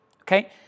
okay